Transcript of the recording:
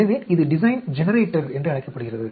எனவே இது design generator என்று அழைக்கப்படுகிறது